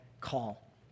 call